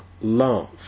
love